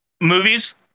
movies